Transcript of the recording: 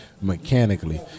mechanically